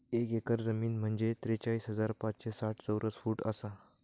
एक एकर जमीन म्हंजे त्रेचाळीस हजार पाचशे साठ चौरस फूट आसा